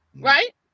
Right